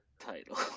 title